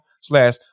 slash